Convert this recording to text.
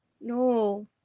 no